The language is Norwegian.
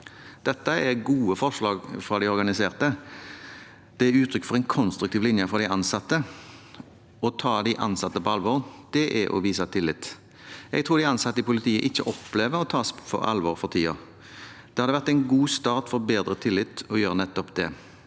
Dette er gode forslag fra de organiserte. Det gir uttrykk for en konstruktiv linje fra de ansatte. Å ta de ansatte på alvor er å vise tillit. Jeg tror de ansatte i politiet ikke opplever å bli tatt på alvor for tiden. Det hadde vært en god start for bedre tillit å gjøre nettopp det